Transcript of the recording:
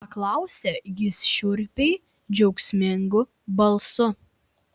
paklausė jis šiurpiai džiaugsmingu balsu